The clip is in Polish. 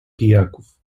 pijaków